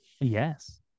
Yes